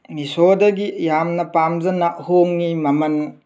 ꯃꯤꯁꯣꯗꯥꯒꯤ ꯌꯥꯝꯅ ꯄꯥꯝꯖꯅ ꯍꯣꯡꯉꯤ ꯃꯃꯜ